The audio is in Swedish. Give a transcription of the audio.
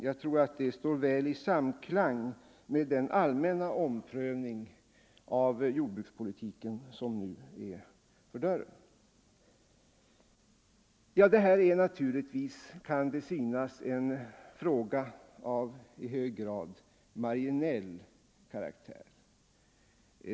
Jag tror att det står väl i samklang med den allmänna omprövning av jordbrukspolitiken som nu är förestående. Det här kan naturligtvis synas vara en fråga som är av marginell karaktär.